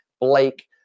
Blake